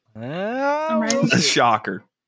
Shocker